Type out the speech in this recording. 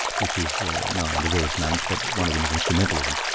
which is known under various names, but one of them is instrumentalism,